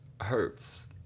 hurts